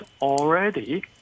already